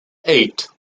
eight